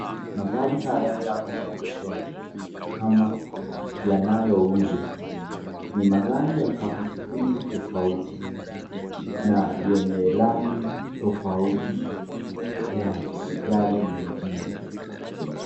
Magari haya yapo maegeshoni ama yanayouuzwa ni magari ya makampuni tofauti na yenye rangi tofauti kwa yale mengine.